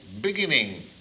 beginning